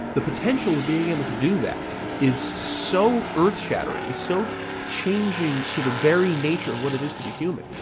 the potential of being able to do that is so earth-shattering, is so changing to the very nature of what it is to be human.